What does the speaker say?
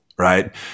Right